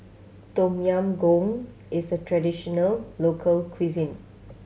Tom Yam Goong is a traditional local cuisine